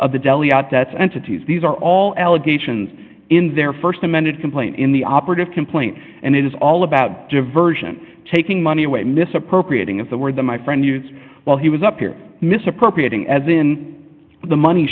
of the delhi out that's entities these are all allegations in their st amended complaint in the operative complaint and it is all about diversion taking money away misappropriating is the word that my friend used while he was up here misappropriating as in the money